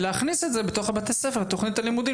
ולהכניס את זה לתכנית הלימודים,